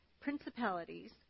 principalities